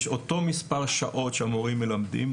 יש אותו מספר שעות שהמורים מלמדים,